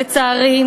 לצערי,